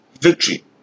victory